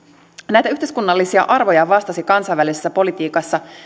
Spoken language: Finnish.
näitä yhteiskunnallisia arvoja vastasi kansainvälisessä politiikassa